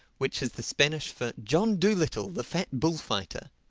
which is the spanish for, john dolittle, the fat bullfighter.